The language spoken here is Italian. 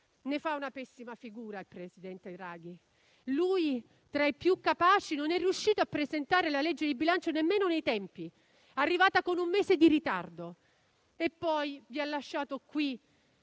Fa una pessima figura il presidente Draghi. Lui, tra i più capaci, non è riuscito a presentare il disegno di legge di bilancio nemmeno nei tempi: è arrivato con un mese di ritardo. Poi vi ha lasciato qui